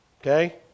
okay